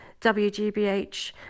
WGBH